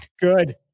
Good